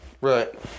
right